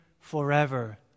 forever